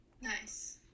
Nice